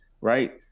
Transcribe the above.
right